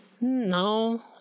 No